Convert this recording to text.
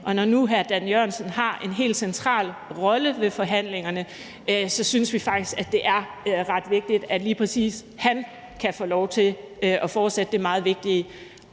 for global klimapolitik har en helt central rolle ved forhandlingerne, synes vi faktisk, at det er ret vigtigt, at lige præcis han kan få lov til at fortsætte det meget vigtige